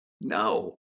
No